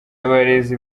abarezi